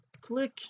click